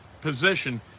position